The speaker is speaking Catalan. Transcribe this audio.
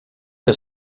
que